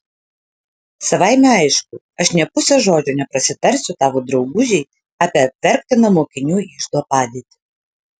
savaime aišku aš nė puse žodžio neprasitarsiu tavo draugužei apie apverktiną mokinių iždo padėtį